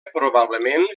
probablement